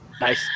nice